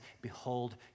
Behold